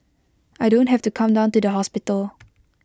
I don't have to come down to the hospital